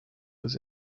was